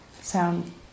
Sound